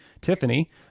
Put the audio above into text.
Tiffany